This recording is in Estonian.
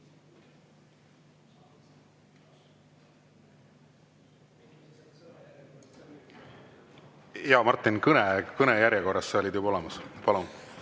Jaa, Martin, kõnejärjekorras sa olid juba olemas. Palun,